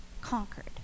conquered